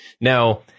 Now